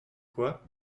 quoi